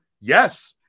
Yes